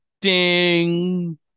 ding